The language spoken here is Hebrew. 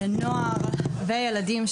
נוער וילדים,